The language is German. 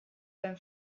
beim